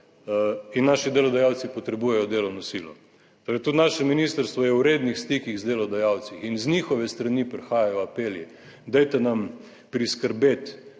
in naši delodajalci potrebujejo delovno silo. Torej tudi naše ministrstvo je v rednih stikih z delodajalci in z njihove strani prihajajo apeli, dajte nam priskrbeti